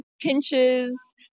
pinches